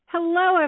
Hello